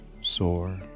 sore